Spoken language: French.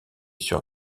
sur